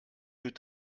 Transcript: deux